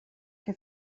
que